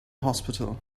hospital